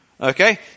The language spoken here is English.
Okay